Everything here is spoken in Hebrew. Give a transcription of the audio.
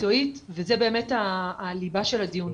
מקצועית וזה באמת הליבה של הדיון.